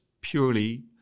purely